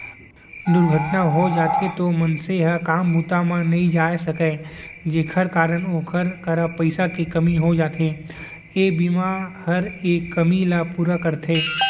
दुरघटना हो जाथे तौ मनसे ह काम बूता म नइ जाय सकय जेकर कारन ओकर करा पइसा के कमी हो जाथे, ए बीमा हर ए कमी ल पूरा करथे